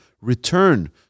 return